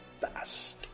fast